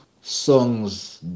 songs